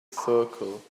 circle